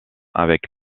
avec